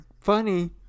funny